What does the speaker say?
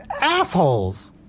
assholes